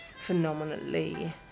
phenomenally